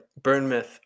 Burnmouth